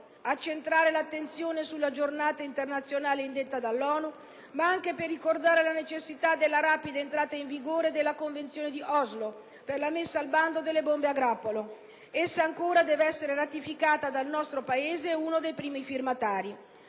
accentrare l'attenzione sulla Giornata internazionale indetta dall'ONU, ma anche per ricordare la necessità della rapida entrata in vigore della Convenzione di Oslo per la messa al bando delle bombe a grappolo. Essa ancora deve essere ratificata dal nostro Paese, uno dei primi firmatari.